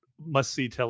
must-see